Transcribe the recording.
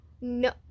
No